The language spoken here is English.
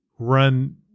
run